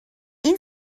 این